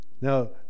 Now